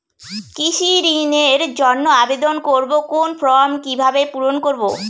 কৃষি ঋণের জন্য আবেদন করব কোন ফর্ম কিভাবে পূরণ করব?